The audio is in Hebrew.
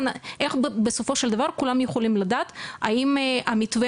איך בסופו של דבר כולם יכולים לדעת האם המתווה